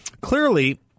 Clearly